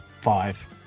five